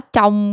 Trong